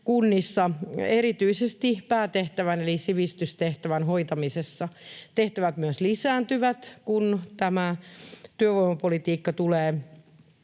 kunnissa erityisesti päätehtävän eli sivistystehtävän hoitamisessa. Tehtävät myös lisääntyvät, kun työvoimapolitiikka tulee